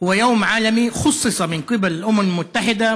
הוא יום עולמי שיוחד מטעם האומות המאוחדות